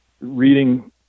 reading